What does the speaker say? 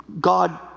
God